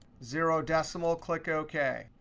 zero decimal, click ok.